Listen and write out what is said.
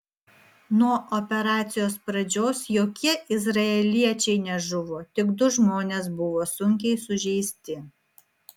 nuo operacijos pradžios jokie izraeliečiai nežuvo tik du žmonės buvo sunkiai sužeisti